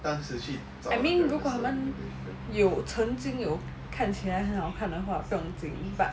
I mean 如果他们有曾经有看起来很好看的话不用紧 but